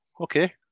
okay